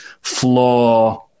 floor